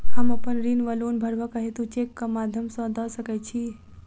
हम अप्पन ऋण वा लोन भरबाक हेतु चेकक माध्यम सँ दऽ सकै छी?